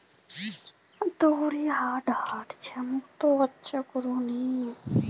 वित्तीय प्रतिरूपनेर जरिए टीसीएस आईज बोरो कंपनी छिके